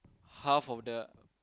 half of the